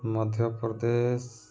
Madhya Pradesh